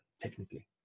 technically